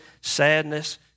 sadness